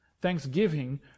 thanksgiving